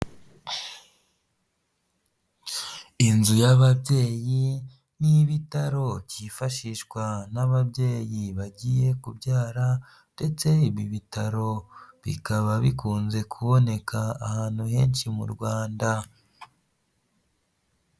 Inzu y'ababyeyi, ni ibitaro cyifashishwa n'ababyeyi bagiye kubyara, ndetse ibi bitaro bikaba bikunze kuboneka ahantu henshi mu Rwanda.